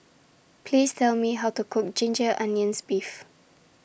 Please Tell Me How to Cook Ginger Onions Beef